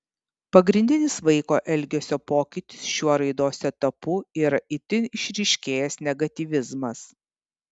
pagrindinis vaiko elgesio pokytis šiuo raidos etapu yra itin išryškėjęs negatyvizmas